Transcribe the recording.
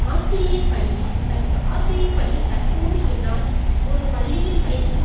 ஆசிரியர் பணியில் தற்ப ஆசிரியர் பணியில் தற்போது என்னால் ஒரு பள்ளியில் சேர்ந்து